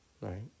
Right